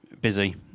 Busy